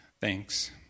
Thanks